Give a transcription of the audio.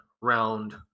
round